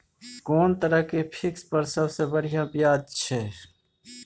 कोन तरह के फिक्स पर सबसे बढ़िया ब्याज छै?